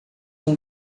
com